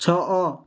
ଛଅ